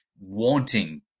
wanting